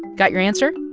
got your answer?